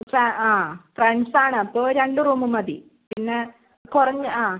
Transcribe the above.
ആ ഫ്രണ്ട്സ് ആണ് അപ്പോൾ രണ്ട് റൂം മതി പിന്നെ കുറഞ്ഞ ആ